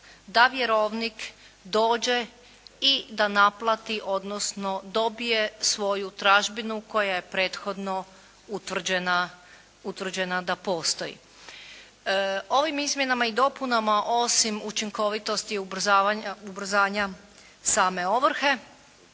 da vjerovnik dođe i da naplati odnosno dobije svoju tražbinu koja je prethodno utvrđena da postoji. Ovim izmjenama i dopunama osim učinkovitosti ubrzanja same ovrhe